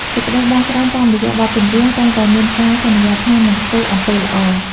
សេចក្ដីបន់ស្រន់តាមរយៈបទចម្រៀង តែងតែមានការសន្យាថានឹងធ្វើអំពើល្អ។